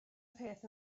peth